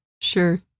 Sure